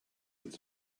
its